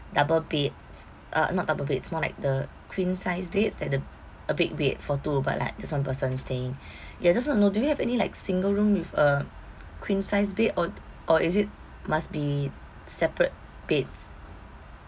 double beds uh not double beds more like the queen size beds that the a big bed for two but like just one person staying ya just want to know do you have any like single room with a queen size bed or or is it must be separate beds